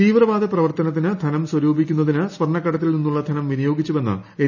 തീവ്രവാദ പ്രവർത്തനത്തിന് ധനം സ്വരൂപീക്കുന്നതിന് സ്വർണക്കടത്തിൽ നിന്നുള്ള ധനം വിനിയോഗിച്ചുവെന്ന് എൻ